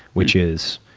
which is